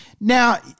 Now